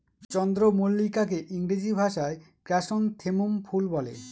চন্দ্রমল্লিকাকে ইংরেজি ভাষায় ক্র্যাসনথেমুম ফুল বলে